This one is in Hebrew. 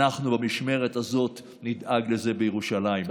אנחנו, במשמרת הזאת, נדאג לזה בירושלים.